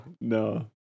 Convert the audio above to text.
no